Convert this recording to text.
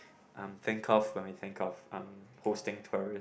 um think of when we think of um hosting tourist